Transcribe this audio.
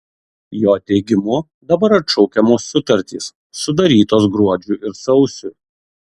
jo teigimu dabar atšaukiamos sutartys sudarytos gruodžiui ir sausiui